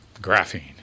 Graphene